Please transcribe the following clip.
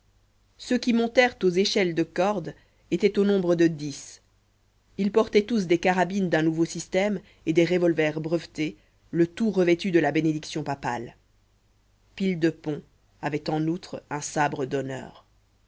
ceux qui montèrent aux échelles de cordes étaient au nombre de dix ils portaient tous des carabines d'un nouveau système et des revolvers brevetés le tout revêtu de la bénédiction papale pilede pont avait en outre un sabre d'honneur